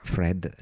Fred